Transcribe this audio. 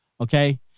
okay